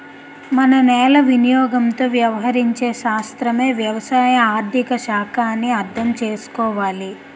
మన నేల వినియోగంతో వ్యవహరించే శాస్త్రమే వ్యవసాయ ఆర్థిక శాఖ అని అర్థం చేసుకోవాలి